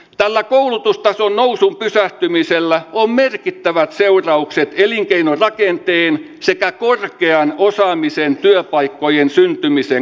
tällä koulutustason nousun pysähtymisellä on merkittävä siunauksen kieli jota en tee sitä korkeaan osaamiseen työpaikkojen syntymisen